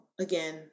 again